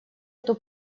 эту